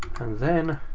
then,